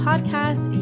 Podcast